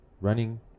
running